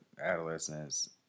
adolescence